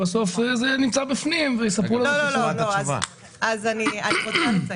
זו לא פיקציה, זה חלק מהמקורות של האוצר.